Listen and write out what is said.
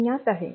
ज्ञात आहे